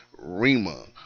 Rima